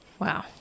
Wow